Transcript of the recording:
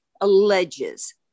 alleges